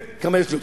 כמה יש לי?